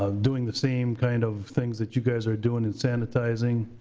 um doing the same kind of things that you guys are doing, and sanitizing.